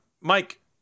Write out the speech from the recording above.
Mike